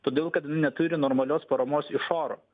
todėl kad neturi normalios paramos iš oro